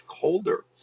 colder